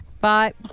Bye